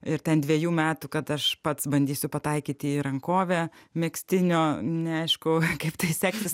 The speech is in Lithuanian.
ir ten dvejų metų kad aš pats bandysiu pataikyti į rankovę megztinio neaišku kaip tai seksis